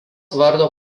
vardo